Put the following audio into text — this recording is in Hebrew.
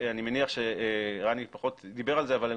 אני מניח שרני פחות דיבר על זה אבל הם